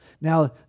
Now